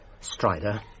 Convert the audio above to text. Strider